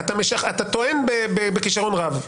אתה טוען בכישרון רב.